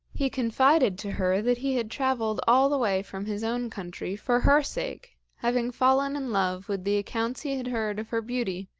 he confided to her that he had travelled all the way from his own country for her sake, having fallen in love with the accounts he had heard of her beauty,